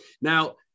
Now